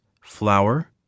flour